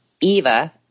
Eva